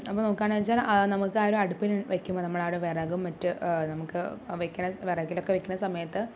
അപ്പോൾ നോക്കുകയാണ് എന്ന് വെച്ചാൽ നമുക്ക് ആ ഒരു അടുപ്പിൽ വെക്കുമ്പോൾ നമ്മൾ ആ ഒരു വിറകും മറ്റ് നമുക്ക് വെക്കുന്ന വിറകിലൊക്കെ വെക്കുന്ന സമയത്ത്